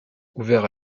ouverts